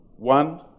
One